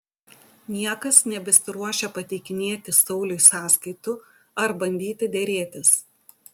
niekas nebesiruošia pateikinėti sauliui sąskaitų ar bandyti derėtis